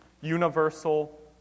universal